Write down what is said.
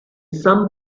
some